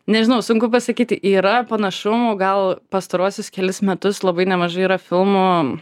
nežinau sunku pasakyti yra panašumų gal pastaruosius kelis metus labai nemažai yra filmų